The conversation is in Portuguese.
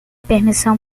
permissão